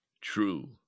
true